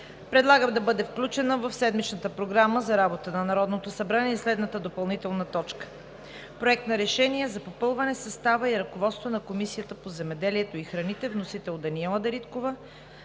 предлагам да бъде включена в седмичната Програма за работата на Народното събрание следната допълнителна точка – Проект на решение за попълване състава и ръководството на Комисията по земеделието и храните. Вносител е Даниела Дариткова